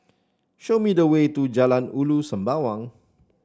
show me the way to Jalan Ulu Sembawang